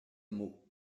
mot